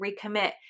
recommit